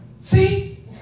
See